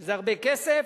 שזה הרבה כסף.